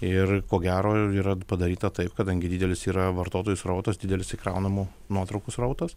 ir ko gero yra padaryta taip kadangi didelis yra vartotojų srautas didelis įkraunamų nuotraukų srautas